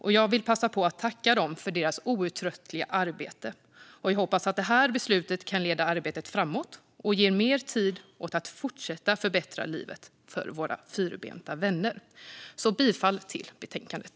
Jag vill passa på att tacka dem för deras outtröttliga arbete. Jag hoppas att beslutet kan leda arbetet framåt och ge mer tid åt att fortsätta förbättra livet för våra fyrbenta vänner. Jag yrkar bifall till förslaget i betänkandet.